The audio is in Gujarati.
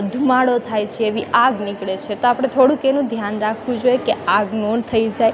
ધુમાડો થાય છે એવી આગ નીકળે છે તો આપણે થોડુંક એનું ધ્યાન રાખવું જોઈએ કે આગ મૌન થઈ જાય